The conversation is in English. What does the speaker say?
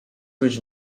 ridge